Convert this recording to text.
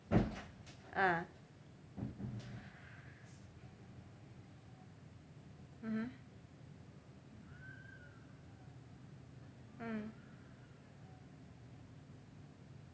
ah mmhmm mm